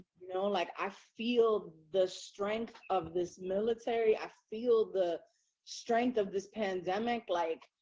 you know, like i feel the strength of this military, i feel the strength of this pandemic, like,